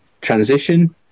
transition